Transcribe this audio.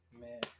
Man